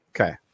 Okay